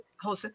whole